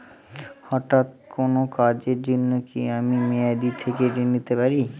হঠাৎ কোন কাজের জন্য কি আমি মেয়াদী থেকে ঋণ নিতে পারি?